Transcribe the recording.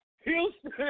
Houston